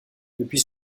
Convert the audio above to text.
depuis